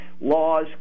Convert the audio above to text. laws